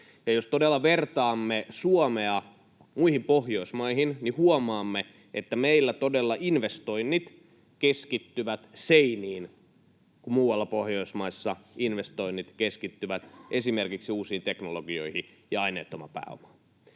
jos todella vertaamme Suomea muihin Pohjoismaihin, niin huomaamme, että meillä todella investoinnit keskittyvät seiniin, kun muualla Pohjoismaissa investoinnit keskittyvät esimerkiksi uusiin teknologioihin ja aineettomaan pääomaan.